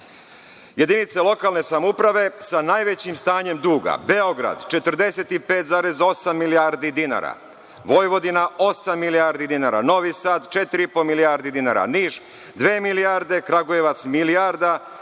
jedinice lokalne samouprave sa najvećim stanjem duga – Beograd 45,8 milijardi dinara, Vojvodina osam milijardi dinara, Novi Sad 4,5 milijardi dinara, Niš dve milijarde, Kragujevac milijarda,